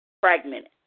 Fragmented